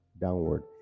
downward